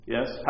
Yes